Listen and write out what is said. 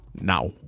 Now